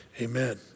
Amen